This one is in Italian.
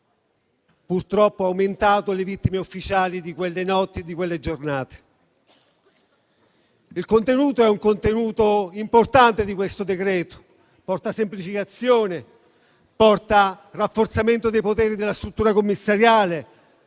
purtroppo aumentato le vittime ufficiali di quelle notti e di quelle giornate. Il contenuto del provvedimento è importante, perché porta semplificazione, rafforzamento dei poteri della struttura commissariale,